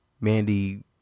Mandy